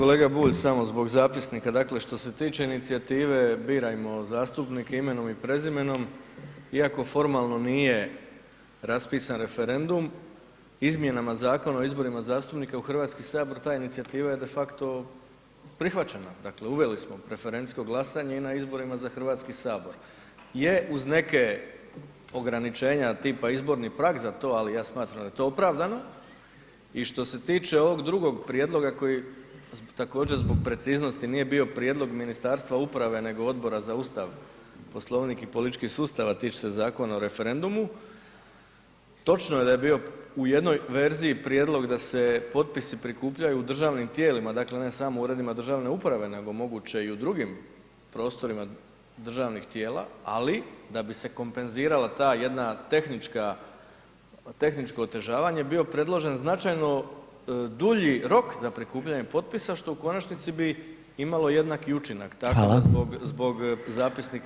Kolega Bulj samo zbog zapisnika, dakle što se tiče inicijative Birajmo zastupnike imenom i prezimenom iako formalno nije raspisan referendum, izmjenama Zakona o izborima zastupnika u HS ta inicijativa je defakto prihvaćena, dakle uveli smo preferencijsko glasanje na izborima za HS, je uz neke ograničenja tipa izborni prag za to, ali ja smatram da je to opravdano i što se tiče ovog drugog prijedloga koji također zbog preciznosti nije bio prijedlog Ministarstva uprave nego Odbora za Ustav, poslovnik i politički sustav, a tiče se Zakona o referendumu, točno je da je bio u jednoj verziji prijedlog da se potpisi prikupljaju u državnim tijelima, dakle ne samo u Uredima državne uprave nego moguće i u drugim prostorima državnih tijela, ali da bi se kompenzirala ta jedna tehničko otežavanje, bio predložen značajno dulji rok za prikupljanje potpisa što u konačnici bi imalo jednaki učinak [[Upadica: Hvala]] tako da zbog zapisnika